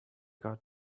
got